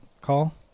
call